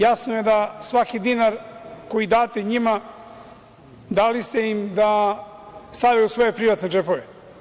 Jasno je da svaki dinar koji date njima dali ste im da stavljaju u svoje privatne džepove.